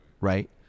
right